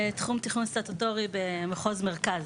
תחום תכנון סטטוטורי במחוז מרכז.